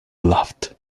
laughed